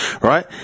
right